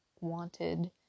wanted